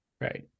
right